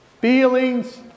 feelings